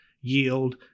yield